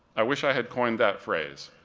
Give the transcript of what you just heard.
i wish i had coined that phrase.